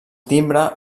timbre